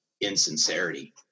insincerity